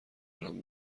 دارم